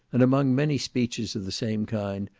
and among many speeches of the same kind,